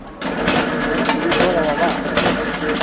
ᱛᱩᱲᱤ ᱤᱛᱟᱹ ᱦᱚᱸ ᱧᱟᱢᱚᱜᱼᱟ ᱵᱟᱝ